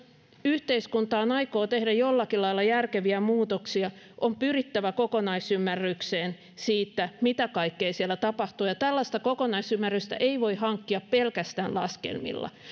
yhteiskuntaan aikoo tehdä jollakin lailla järkeviä muutoksia on pyrittävä kokonaisymmärrykseen siitä mitä kaikkea siellä tapahtuu ja tällaista kokonaisymmärrystä ei voi hankkia pelkästään laskelmilla